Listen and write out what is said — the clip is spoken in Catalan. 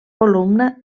columna